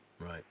right